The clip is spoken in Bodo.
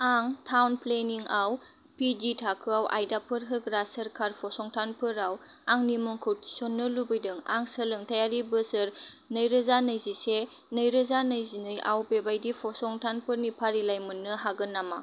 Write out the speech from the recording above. आं टाउन प्लेनिंआव पि जि थाखोआव आयदाफोर होग्रा सोरखारि फसंथानफोराव आंनि मुंखौ थिसन्नो लुबैदों आं सोलोंथायारि बोसोर नैरोजा नैजिसे नैरोजा नैजिनैआव बेबायदि फसंथानफोरनि फारिलाइ मोन्नो हागोन नामा